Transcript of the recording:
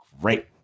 Great